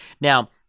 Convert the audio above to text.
Now